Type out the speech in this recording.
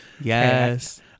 Yes